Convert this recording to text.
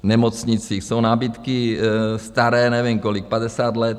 V nemocnicích jsou nábytky staré nevím kolik, padesát let.